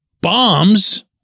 bombs